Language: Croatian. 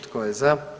Tko je za?